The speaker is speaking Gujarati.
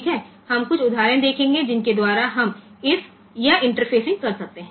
હવે આપણે કેટલાક ઉદાહરણો જોઈશું જેના દ્વારા આપણે આ ઇન્ટરફેસિંગ કરી શકીએ છીએ